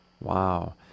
Wow